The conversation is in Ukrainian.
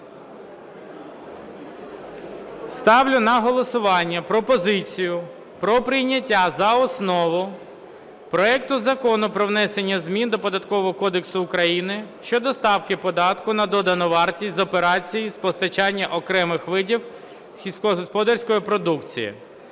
Ставлю на голосування пропозицію про прийняття за основу проект Закону про внесення змін до Податкового кодексу України щодо ставки податку на додану вартість з операцій з постачання окремих видів сільськогосподарської продукції